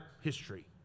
history